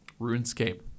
RuneScape